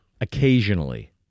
Occasionally